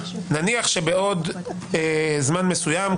נניח שבעוד זמן מסוים,